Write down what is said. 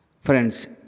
Friends